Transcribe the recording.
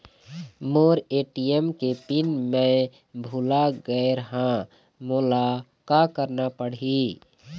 मोर ATM के PIN मैं भुला गैर ह, मोला का करना पढ़ही?